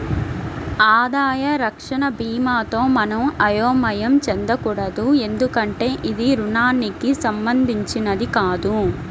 ఆదాయ రక్షణ భీమాతో మనం అయోమయం చెందకూడదు ఎందుకంటే ఇది రుణానికి సంబంధించినది కాదు